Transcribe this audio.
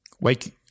wake